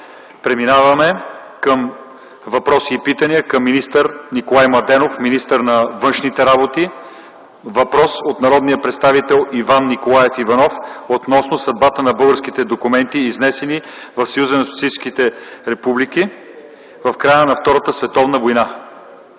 Преминаваме към въпроси и питания към Николай Младенов – министър на външните работи. Въпрос от народния представител Иван Николаев Иванов относно съдбата на българските документи, изнесени в Съюза на съветските